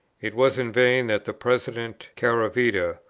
it was in vain that the president caravita,